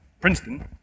Princeton